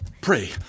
Pray